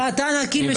ואתה נקי משיקולים זרים?